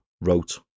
wrote